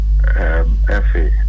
FA